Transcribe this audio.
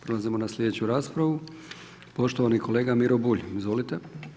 Prelazimo na slijedeću raspravu, poštovani kolega Miro Bulj, izvolite.